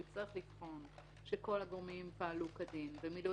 הוא יצטרך לבחון שכל הגורמים פעלו כדין ומילאו